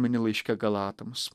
mini laiške galatams